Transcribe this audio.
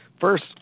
first